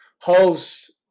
host